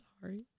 sorry